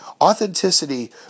Authenticity